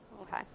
okay